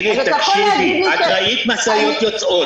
אירית, תקשיבי, את ראית משאיות יוצאות.